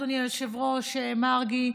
אדוני היושב-ראש מרגי,